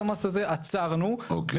המיועדת לשכירות ארוכת טווח,